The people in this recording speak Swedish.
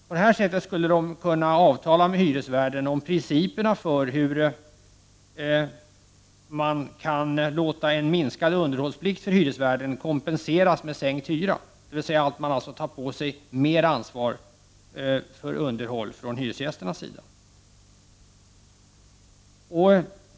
På detta sätt skulle de kunna avtala med hyresvärden om principerna för hur man kan låta en minskad underhållsplikt för hyresvärden kompenseras med sänkt hyra, dvs. att hyresgästerna tar på sig ett större ansvar för underhåll av fastigheten.